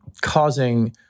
causing